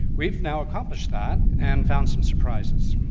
we've now accomplished that and found some surprises.